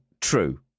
true